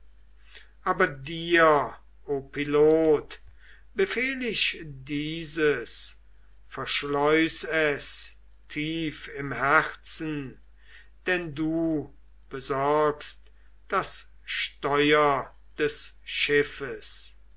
aber dir o pilot befehl ich dieses verschleuß es tief im herzen denn du besorgst das steuer des schiffes